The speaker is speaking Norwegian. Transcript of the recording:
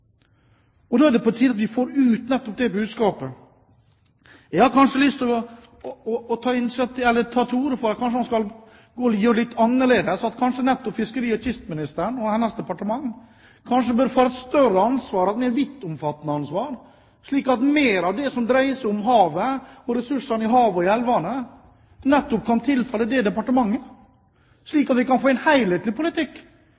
Da er det på tide at vi får ut nettopp det budskapet. Jeg har lyst til å ta til orde for at man kanskje skal gjøre noe litt annerledes. Kanskje nettopp fiskeri- og kystministeren og hennes departement bør få et større ansvar, et mer altomfattende ansvar, slik at mer av det som dreier seg om havet og om ressursene i havet og i elvene, nettopp kan tilfalle dét departementet,